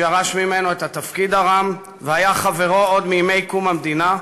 שירש ממנו את התפקיד הרם והיה חברו עוד מימי קום המדינה,